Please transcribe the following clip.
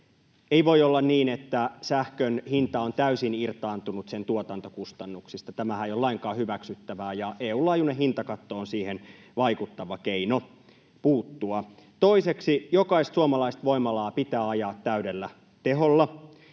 Ei voi olla niin, että sähkön hinta on täysin irtaantunut sen tuotantokustannuksista. Tämähän ei ole lainkaan hyväksyttävää, ja EU:n laajuinen hintakatto on siihen vaikuttava keino puuttua. Toiseksi jokaista suomalaista voimalaa pitää ajaa täydellä teholla,